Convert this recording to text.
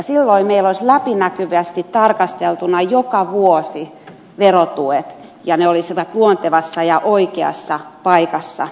silloin meillä olisivat verotuet läpinäkyvästi tarkasteltuna joka vuosi ja ne olisivat luontevassa ja oikeassa paikassa tarkasteltuna